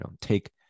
take